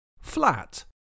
Flat